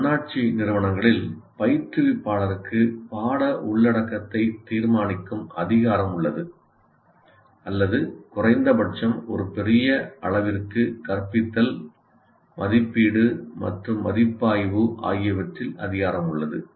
தன்னாட்சி நிறுவனங்களில் பயிற்றுவிப்பாளருக்கு பாட உள்ளடக்கத்தை தீர்மானிக்கும் அதிகாரம் உள்ளது அல்லது குறைந்தபட்சம் ஒரு பெரிய அளவிற்கு கற்பித்தல் மதிப்பீடு மற்றும் மதிப்பாய்வு ஆகியவற்றில் அதிகாரம் உள்ளது